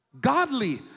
godly